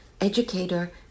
educator